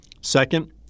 Second